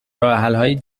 راهحلهای